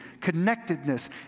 connectedness